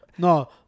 No